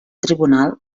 tribunal